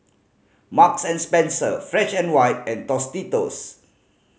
Marks and Spencer Fresh and White and Tostitos